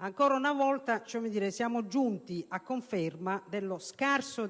Ancora una volta siamo giunti alla conferma della scarsa